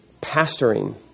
pastoring